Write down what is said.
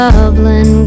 Dublin